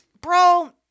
bro